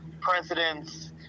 presidents